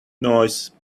noise